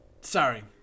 sorry